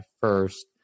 first